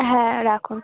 হ্যাঁ রাখুন